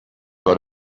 what